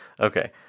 okay